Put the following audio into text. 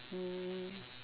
mm